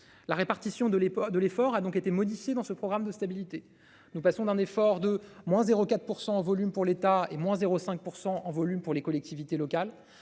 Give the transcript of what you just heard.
La répartition de l'époque de l'effort a donc été modifiée dans ce programme de stabilité, nous passons d'un effort de. Moins 04% en volume pour l'État et moins 0 5 % en volume pour les collectivités locales